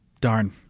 darn